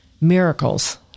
miracles